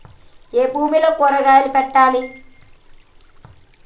ఏ భూమిలో కూరగాయలు పెట్టాలి?